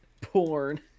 Porn